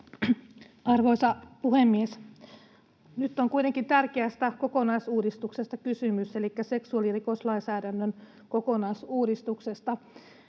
Arvoisa puhemies! Nyt on kuitenkin tärkeästä kokonaisuudistuksesta kysymys, elikkä seksuaalirikoslainsäädännön kokonaisuudistuksesta,